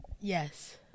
Yes